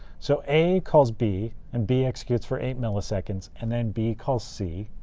so a calls b, and b executes for eight milliseconds. and then b calls c,